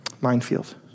Minefield